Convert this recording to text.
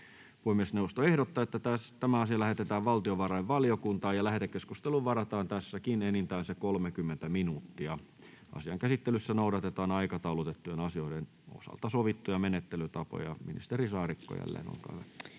Puhemiesneuvosto ehdottaa, että asia lähetetään valtiovarainvaliokuntaan. Lähetekeskusteluun varataan enintään 30 minuuttia. Asian käsittelyssä noudatetaan aikataulutettujen asioiden osalta sovittuja menettelytapoja. — Ministeri Saarikko, olkaa hyvä.